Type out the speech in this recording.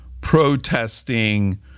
protesting